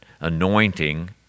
anointing